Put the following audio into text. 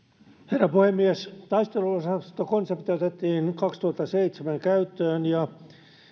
herra puhemies taisteluosastokonsepti otettiin kaksituhattaseitsemän käyttöön ja osastot